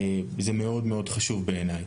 זה מאוד מאוד חשוב בעיניי.